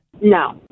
No